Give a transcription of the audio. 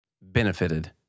benefited